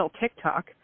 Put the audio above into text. TikTok